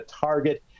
Target